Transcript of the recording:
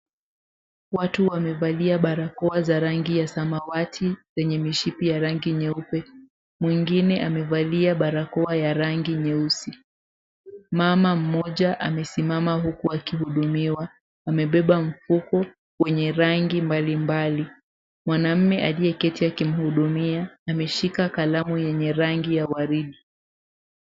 Watu wamevalia barakoa za rangi ya samawati zenye mishipi ya rangi nyeupe. Mwingine amevalia barakoa ya rangi nyeusi. Mama mmoja amesimama huku wakihudumiwa. Amebeba mfuko wenye rangi mbali mbali. Mwanaume aliyeketi akimhudumia ameshika kalamu yenye rangi ya waridi.